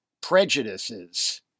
prejudices